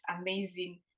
amazing